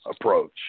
approach